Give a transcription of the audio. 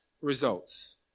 results